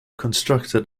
constructed